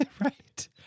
Right